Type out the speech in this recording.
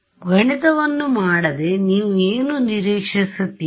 ಆದ್ದರಿಂದ ಗಣಿತವನ್ನು ಮಾಡದೆ ನೀವು ಏನು ನಿರೀಕ್ಷಿಸುತ್ತೀರಿ